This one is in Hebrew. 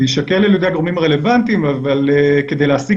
זה יישקל על ידי הגורמים הרלוונטיים אבל כדי להשיג